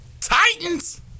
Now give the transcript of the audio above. Titans